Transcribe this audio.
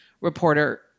reporter